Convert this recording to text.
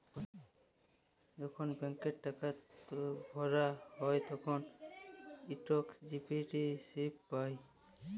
যখল ব্যাংকে টাকা ভরা হ্যায় তখল ইকট ডিপজিট ইস্লিপি পাঁই